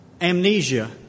amnesia